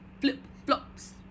flip-flops